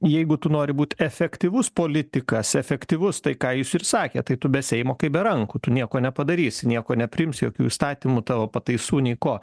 jeigu tu nori būti efektyvus politikas efektyvus tai ką jūs ir sakėt tai tu be seimo kaip be rankų tu nieko nepadarysi nieko nepriimsi jokių įstatymų tavo pataisų nei ko